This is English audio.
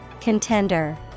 Contender